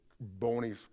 bony